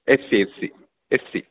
F C F C F C